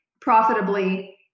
profitably